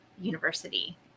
University